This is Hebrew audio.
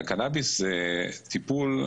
הקנאביס זה טיפול,